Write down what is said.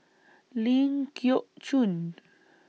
Ling Geok Choon